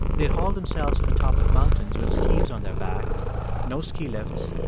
they'd haul themselves to the top of mountains with skis on their backs no ski lifts,